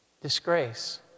Disgrace